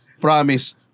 promise